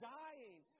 dying